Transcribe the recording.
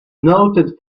noted